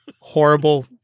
horrible